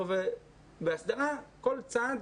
בהסדרה כל צד